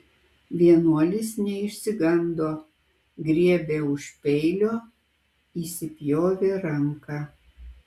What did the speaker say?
vienuolis neišsigando griebė už peilio įsipjovė ranką